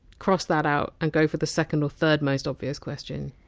cross that out, and go for the second or third most obvious question.